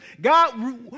God